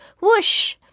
whoosh